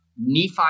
Nephi